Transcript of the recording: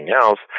else